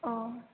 औ